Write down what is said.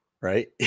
right